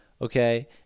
okay